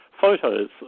photos